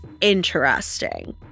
interesting